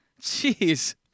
Jeez